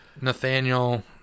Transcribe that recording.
Nathaniel